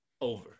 over